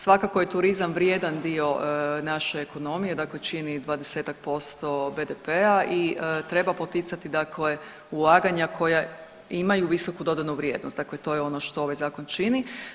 Svakako je turizam vrijedan dio naše ekonomije, dakle čini 20-ak posto BDP-a i treba poticati dakle ulaganja koja imaju visoku dodanu vrijednost, dakle to je ono što ovaj zakon čini.